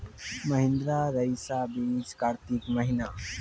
महिंद्रा रईसा बीज कार्तिक महीना?